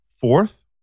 fourth